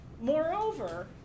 Moreover